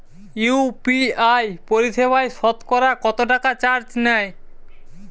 UPI পরিসেবায় সতকরা কতটাকা চার্জ নেয়?